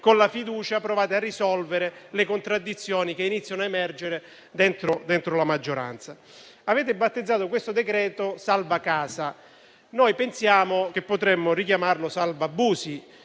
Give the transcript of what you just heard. con la fiducia provate a risolvere le contraddizioni che iniziano a emergere all'interno della maggioranza. Avete battezzato questo decreto-legge salva casa. Noi pensiamo che potremmo ribattezzarlo salva abusi,